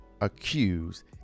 accused